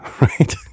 right